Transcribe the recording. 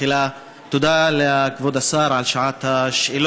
תחילה תודה לכבוד השר על שעת השאלות.